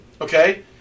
okay